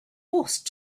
forced